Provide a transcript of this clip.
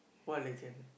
what exam